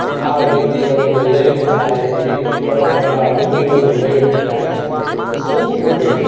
આવા રીત રિવાજોને લઈને ચાલે છે રીતિ પરંપરા રૂઢીઓને લઈને ચાલે છે તો શું ખૂટે છે